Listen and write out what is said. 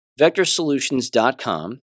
Vectorsolutions.com